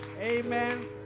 Amen